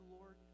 Lord